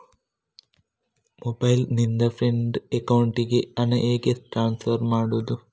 Mobile ನಿಂದ friend ಅಕೌಂಟಿಗೆ ಹಣ ಹೇಗೆ ಟ್ರಾನ್ಸ್ಫರ್ ಮಾಡುವುದು?